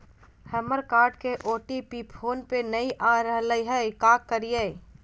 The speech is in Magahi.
हमर कार्ड के ओ.टी.पी फोन पे नई आ रहलई हई, का करयई?